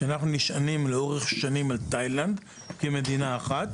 זה שאנחנו נשענים על מדינה אחת,